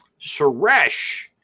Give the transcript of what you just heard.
Suresh